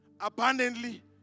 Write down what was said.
abundantly